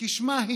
כשמה כן